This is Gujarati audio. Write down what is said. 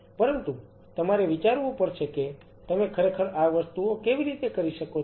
પરંતુ તમારે વિચારવું પડશે કે તમે ખરેખર આ વસ્તુઓ કેવી રીતે કરી શકો છો